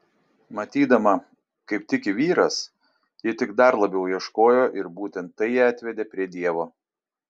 matydama kaip tiki vyras ji tik dar labiau ieškojo ir būtent tai ją atvedė prie dievo